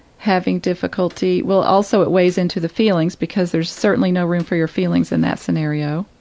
having difficulty well, also it weighs into the feelings because there's certainly no room for your feelings in that scenario,